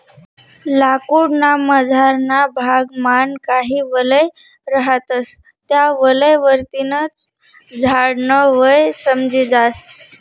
लाकूड ना मझारना भाग मान काही वलय रहातस त्या वलय वरतीन च झाड न वय समजी जास